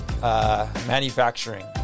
manufacturing